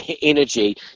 energy